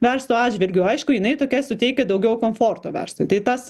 verslo atžvilgiu aišku jinai tokia suteikia daugiau komforto verslui tai tas